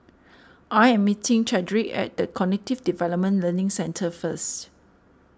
I am meeting Chadrick at the Cognitive Development Learning Centre first